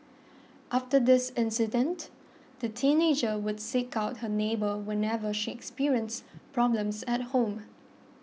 after this incident the teenager would seek out her neighbour whenever she experienced problems at home